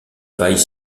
failles